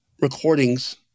recordings